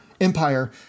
empire